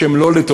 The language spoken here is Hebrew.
שהן לא לטובתנו,